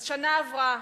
אז שנה עברה.